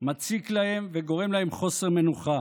מציק להם וגורם להם חוסר מנוחה,